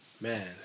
Man